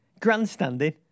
grandstanding